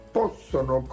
possono